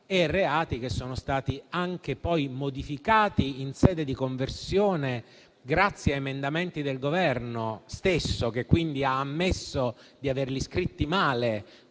e che sono stati anche poi modificati in sede di conversione grazie a emendamenti del Governo stesso, che quindi ha ammesso di averli scritti male.